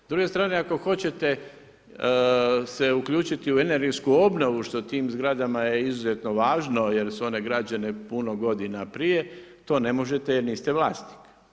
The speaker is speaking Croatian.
S druge strane ako hoćete se uključiti u energetsku obnovu, što tim zgradama je izuzetno važno jer su one građene puno godina prije, to ne možete jer niste vlasnik.